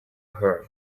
her